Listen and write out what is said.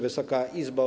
Wysoka Izbo!